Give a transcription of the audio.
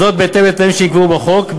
בהתאם לתנאים שנקבעו בחוק.